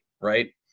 right